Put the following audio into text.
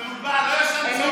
אלינה